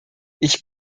ich